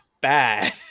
bad